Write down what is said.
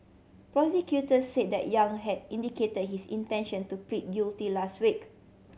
prosecutor said that Yang had indicate his intention to plead guilty last week